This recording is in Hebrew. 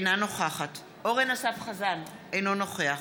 אינה נוכחת אורן אסף חזן, אינו נוכח